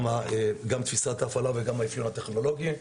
גם תפיסת ההפעלה וגם האפיון הטכנולוגי.